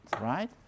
right